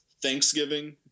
thanksgiving